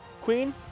Queen